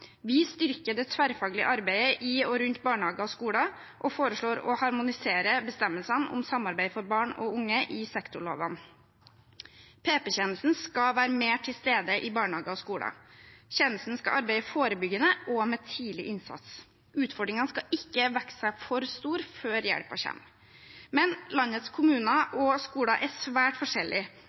Vi styrker det tverrfaglige arbeidet i og rundt barnehager og skoler og foreslår å harmonisere bestemmelsene om samarbeid for barn og unge i sektorlovene. PP-tjenesten skal være mer til stede i barnehager og skoler. Tjenesten skal arbeide forebyggende, også med tidlig innsats. Utfordringene skal ikke vokse seg for store før hjelpen kommer. Men landets kommuner og skoler er svært